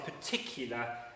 particular